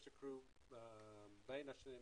צריך לבדוק ולשאול שאלות,